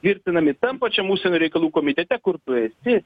tvirtinami tam pačiam užsienio reikalų komitete kur tu esi